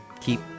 keep